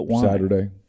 Saturday